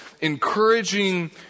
encouraging